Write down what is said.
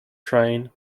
train